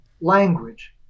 language